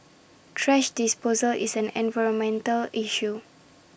thrash disposal is an environmental issue